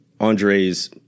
Andre's